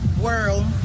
world